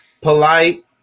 polite